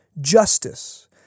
justice